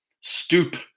stoop